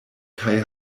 kaj